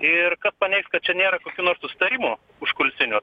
ir kas paneigs kad čia nėra kokių nors susitarimų užkulisinių